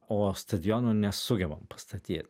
o stadiono nesugebam pastatyt